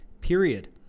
period